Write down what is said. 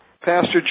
Pastor